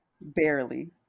Barely